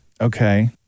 Okay